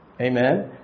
Amen